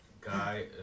Guy